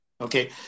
Okay